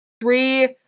three